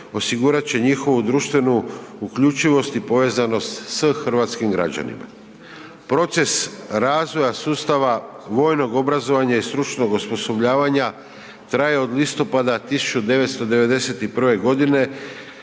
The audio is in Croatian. osigurat će njihovu društvenu uključivost i povezanost s hrvatskim građanima. Proces razvoja sustava vojnog obrazovanja i stručnog osposobljavanja traje od listopada 1991.g., te